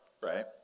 right